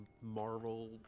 Marvel